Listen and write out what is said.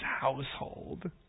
household